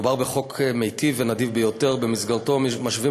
מדובר בחוק מיטיב ונדיב ביותר שבמסגרתו משווים